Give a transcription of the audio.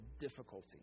difficulty